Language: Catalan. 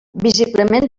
visiblement